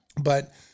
but-